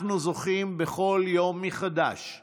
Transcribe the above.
אנו נמצאים פה היום בכנסת ישראל,